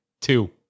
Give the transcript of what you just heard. Two